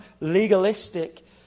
legalistic